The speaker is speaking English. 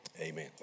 amen